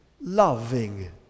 loving